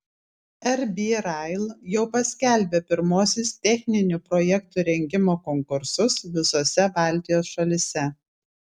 rb rail jau paskelbė pirmuosius techninių projektų rengimo konkursus visose baltijos šalyse